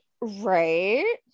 right